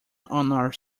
our